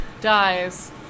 dies